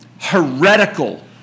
Heretical